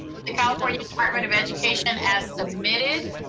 with the california department of education as submitted.